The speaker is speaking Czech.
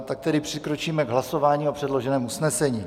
Tak tedy přikročíme k hlasování o předloženém usnesení.